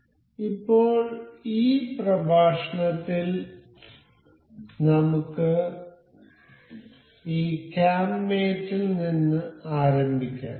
അതിനാൽ ഇപ്പോൾ ഈ പ്രഭാഷണത്തിൽ നമ്മൾക്ക് ഈ ക്യാം മേറ്റ് ൽ നിന്ന് ആരംഭിക്കാം